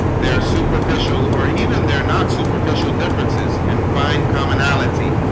their superficial or and even their not superficial differences and find commonality